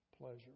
pleasure